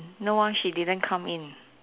no ah she didn't come in